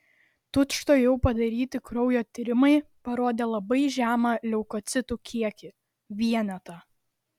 tučtuojau padaryti kraujo tyrimai parodė labai žemą leukocitų kiekį vienetą